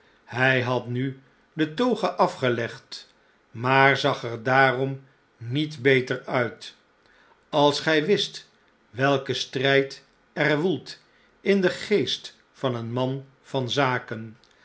hij had nu de toga af'gelegd maar zag er daarom niet beter uit als gij wist welke strh'd er woelt in den geest van een man van zaken